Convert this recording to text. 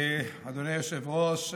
אדוני היושב-ראש,